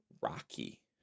Rocky